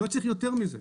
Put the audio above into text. לא צריך יותר מזה.